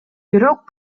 бирок